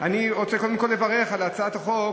אני רוצה להגיד לכם